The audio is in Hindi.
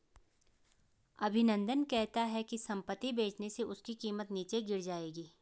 अभिनंदन कहता है कि संपत्ति बेचने से उसकी कीमत नीचे गिर जाएगी